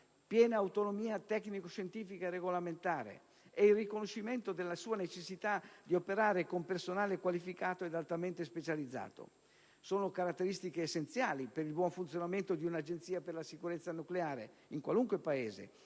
piena autonomia tecnico-scientifica e regolamentare ed il riconoscimento della sua necessità di operare con personale qualificato ed altamente specializzato. Sono caratteristiche essenziali per il buon funzionamento di un'Agenzia per la sicurezza nucleare in qualunque Paese,